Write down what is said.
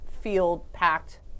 field-packed